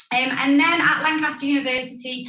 um and then at lancaster university,